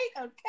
okay